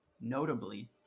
notably